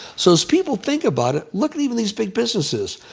so as people think about it, look at even these big businesses.